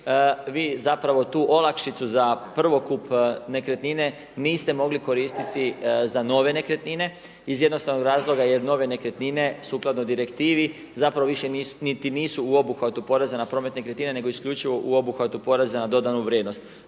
vi zapravo tu olakšicu za prvokup nekretnine niste mogli koristiti za nove nekretnine iz jednostavnog razloga jer nove nekretnine sukladno direktivi zapravo više niti nisu u obuhvatu poreza na promet nekretnina, nego isključivo u obuhvatu poreza na dodanu vrijednosti,